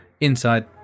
Inside